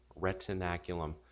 retinaculum